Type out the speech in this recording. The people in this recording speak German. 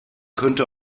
könnte